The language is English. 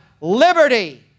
liberty